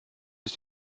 ist